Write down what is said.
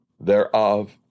thereof